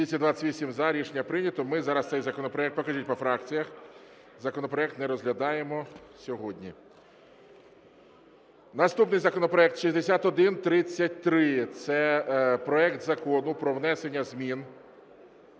За-228 Рішення прийнято. Ми зараз цей законопроект, покажіть по фракціях, законопроект не розглядаємо сьогодні. Наступний законопроект 6133, це проект Закону про внесення змін